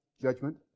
judgment